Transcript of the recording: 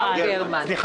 אבל